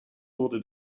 wurde